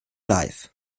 live